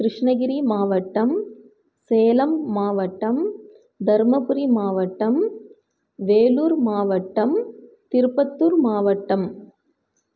கிருஷ்ணகிரி மாவட்டம் சேலம் மாவட்டம் தர்மபுரி மாவட்டம் வேலூர் மாவட்டம் திருப்பத்தூர் மாவட்டம்